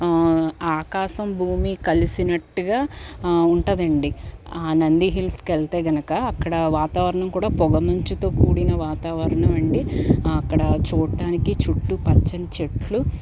ఆకాశం భూమి కలిసినట్టుగా ఉంటుందండీ ఆ నంది హీల్స్కి వెళ్తే కనుక అక్కడ వాతావరణం కూడ పొగ మంచుతో కూడిన వాతావరణం అండి అక్కడ చూడటానికి చుట్టూ పచ్చని చెట్లు